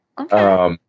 okay